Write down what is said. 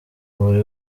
buri